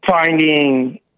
finding